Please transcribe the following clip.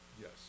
Yes